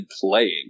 playing